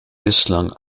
bislang